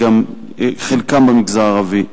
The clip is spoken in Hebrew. חלקם במגזר הערבי.